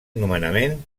nomenament